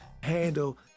handle